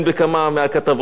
ובכל זאת, רבותי,